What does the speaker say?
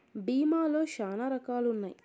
భీమా లో శ్యానా రకాలు ఉన్నాయి